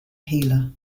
healer